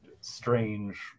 Strange